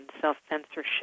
self-censorship